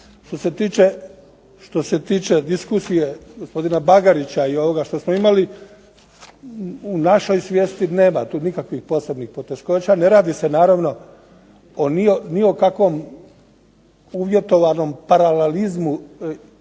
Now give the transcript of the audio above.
Što se tiče diskusije gospodina Bagarića i ovoga što smo imali u našoj svijesti nema tu nikakvih posebnih poteškoća. Ne radi se naravno o ni o kakvom uvjetovanom paralelizmu i